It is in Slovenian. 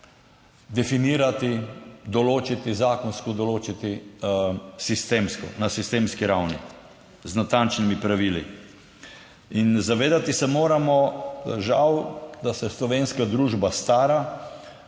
definirati, določiti zakonsko, določiti sistemsko, na sistemski ravni z natančnimi pravili. In zavedati se moramo, da žal, da se slovenska družba stara.